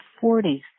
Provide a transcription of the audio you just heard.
forties